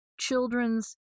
children's